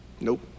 Nope